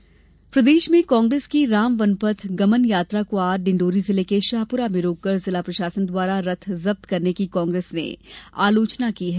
राम पथगमन प्रदेश में कांग्रेस की राम वनपथ गमन यात्रा को आज डिंडोरी जिले के शाहपुरा में रोककर जिला प्रशासन द्वारा रथ जब्त करने की कांग्रेस ने आलोचना की है